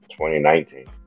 2019